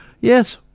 Yes